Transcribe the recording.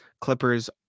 Clippers